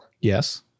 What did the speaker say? Yes